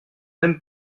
même